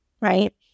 right